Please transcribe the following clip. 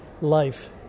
life